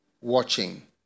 watching